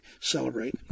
celebrate